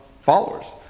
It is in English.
followers